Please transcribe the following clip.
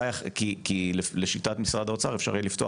כי לשיטת משרד האוצר יהיה אפשר לפתוח